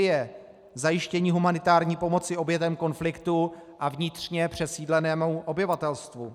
Sýrie, zajištění humanitární pomoci obětem konfliktu a vnitřně přesídlenému obyvatelstvu.